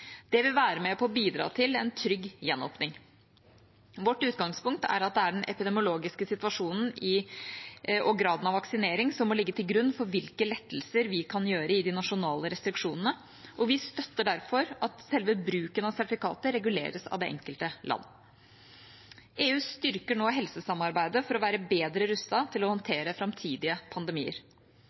Det vil være med på å bidra til en trygg gjenåpning. Vårt utgangspunkt er at den epidemiologiske situasjonen og graden av vaksinering må ligge til grunn for hvilke lettelser vi kan gjøre i de nasjonale restriksjonene, og vi støtter derfor at selve bruken av sertifikatet reguleres av det enkelte land. EU styrker nå helsesamarbeidet for å være bedre rustet til å håndtere framtidige pandemier.